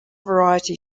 variety